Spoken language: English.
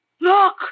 Look